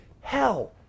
hell